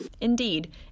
Indeed